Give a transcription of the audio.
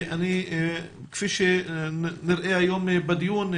וכפי שנראה היום בדיון,